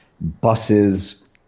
buses